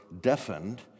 deafened